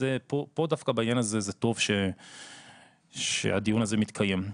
פה דווקא בעניין הזה זה טוב שהדיון הזה מתקיים.